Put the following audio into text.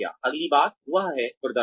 अगली बात वह है प्रदर्शन